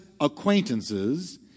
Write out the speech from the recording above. acquaintances